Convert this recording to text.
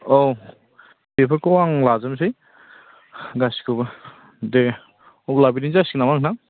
औ बेफोरखौ आं लाजोबनोसै गासिखौबो दे अब्ला बिदिनो जासिगोन नामा नोंथां